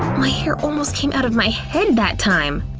my hair almost came out of my head that time!